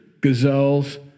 gazelles